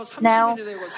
Now